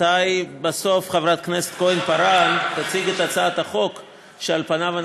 מתי בסוף חברת הכנסת כהן-פארן תציג את הצעת החוק שעליה אנחנו